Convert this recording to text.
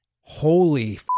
holy